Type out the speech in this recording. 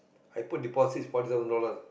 I put deposit forty thousand dollars